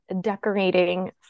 decorating